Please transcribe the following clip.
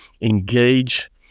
engage